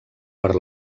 per